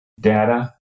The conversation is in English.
data